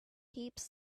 heaps